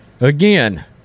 Again